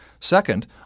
Second